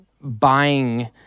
buying